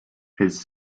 his